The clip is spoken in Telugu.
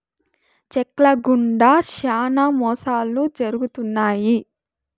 చెక్ ల గుండా శ్యానా మోసాలు జరుగుతున్నాయి